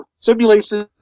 simulations